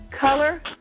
color